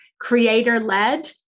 creator-led